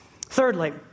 Thirdly